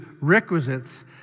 requisites